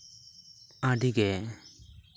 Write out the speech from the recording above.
ᱟᱹᱰᱤᱜᱮ